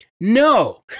No